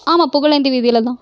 ஆமாம் புகழேந்தி வீதியில்தான்